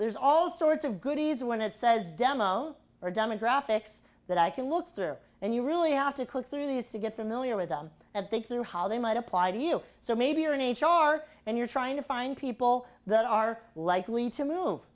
there's all sorts of goodies when it says demo or demographics that i can look through and you really have to click through these to get familiar with them at think through how they might apply to you so maybe you're in a jar and you're trying to find people that are likely to move